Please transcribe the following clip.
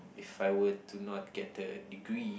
if I were to not get the degree